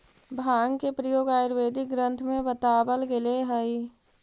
भाँग के प्रयोग आयुर्वेदिक ग्रन्थ में बतावल गेलेऽ हई